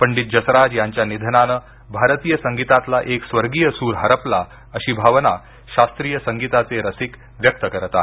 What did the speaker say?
पंडित जसराज यांच्या निधनानं भारतीय संगीतातला एक स्वर्गीय सूर हरपला अशी भावना शास्त्रीय संगीताचे रसिक व्यक्त करत आहे